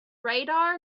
radar